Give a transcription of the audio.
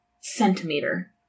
centimeter